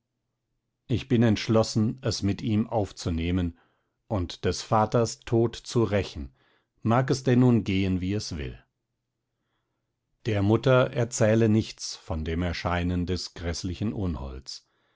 ich bin entschlossen es mit ihm aufzunehmen und des vaters tod zu rächen mag es denn nun gehen wie es will der mutter erzähle nichts von dem erscheinen des gräßlichen